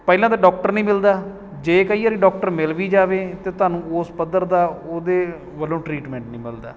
ਪਹਿਲਾਂ ਤਾਂ ਡੋਕਟਰ ਨਹੀਂ ਮਿਲਦਾ ਜੇ ਕਈ ਵਾਰ ਡੋਕਟਰ ਮਿਲ ਵੀ ਜਾਵੇ ਤਾਂ ਤੁਹਾਨੂੰ ਉਸ ਪੱਧਰ ਦਾ ਉਹਦੇ ਵੱਲੋਂ ਟ੍ਰੀਟਮੈਂਟ ਨਹੀਂ ਮਿਲਦਾ